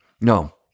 No